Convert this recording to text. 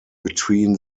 between